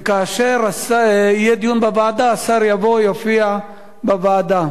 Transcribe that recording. וכאשר יהיה דיון בוועדה השר יבוא, יופיע בוועדה.